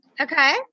Okay